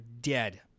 dead